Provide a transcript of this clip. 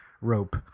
rope